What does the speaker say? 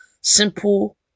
Simple